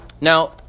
Now